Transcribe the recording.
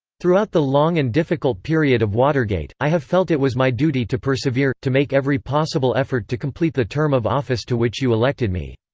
throughout the long and difficult period of watergate, i have felt it was my duty to persevere, to make every possible effort to complete the term of office to which you elected me.